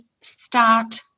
start